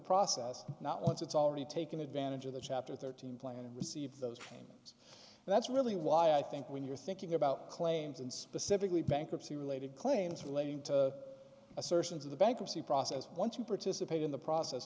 process not once it's already taken advantage of the chapter thirteen plan and receive those that's really why i think when you're thinking about claims and specifically bankruptcy related claims relating to assertions of the bankruptcy process once you participate in the process